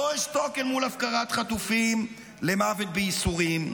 לא אשתוק אל מול הפקרת חטופים למוות בייסורים.